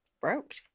broke